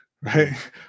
right